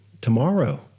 tomorrow